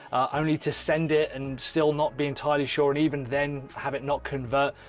only to send it and still not be entirely sure, and even then have it not convert.